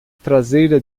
traseira